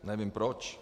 Nevím proč.